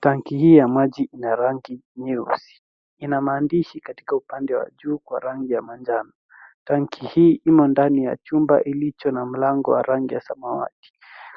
tanki hii ya maji ina rangi nyeusi ina maandishi katika upande wa juu kwa rangi ya manjano tanki hii imo ndani ya chumba ilicho na mlango ya rangi samawati